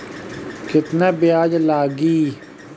केतना ब्याज लागी?